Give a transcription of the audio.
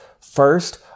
First